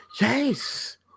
Yes